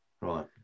Right